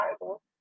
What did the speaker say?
bible